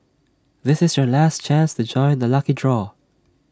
this is your last chance to join the lucky draw